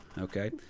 Okay